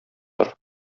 тор